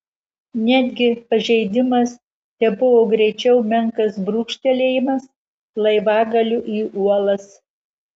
netgi pažeidimas tebuvo greičiau menkas brūkštelėjimas laivagaliu į uolas